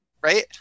Right